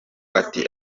ati